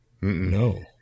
no